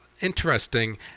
interesting